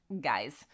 guys